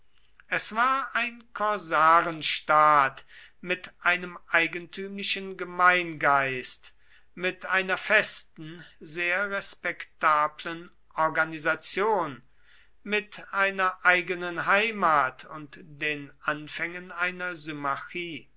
es war ein korsarenstaat mit einem eigentümlichen gemeingeist mit einer festen sehr respektablen organisation mit einer eigenen heimat und den anfängen einer